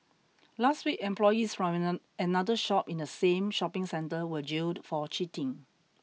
last week employees from another shop in the same shopping centre were jailed for cheating